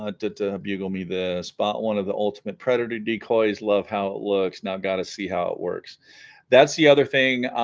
ah did bugle me the spot one of the ultimate predator decoys love how it looks now got to see how it works that's the other thing